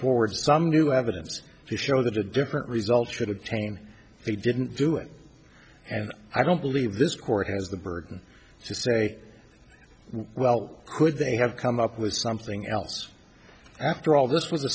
forward some new evidence to show that a different result should obtain they didn't do it and i don't believe this court has the burden to say well could they have come up with something else after all this was